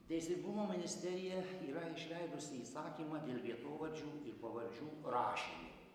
teisingumo ministerija yra išleidusi įsakymą dėl vietovardžių ir pavardžių rašymo